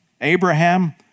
Abraham